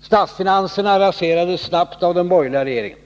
Statsfinanserna raserades snabbt av den borgerliga regeringen.